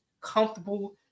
comfortable